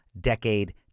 Decade